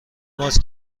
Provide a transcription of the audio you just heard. ماست